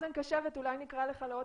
תהיה עם אוזן קשבת כי אולי נקרא לך לעוד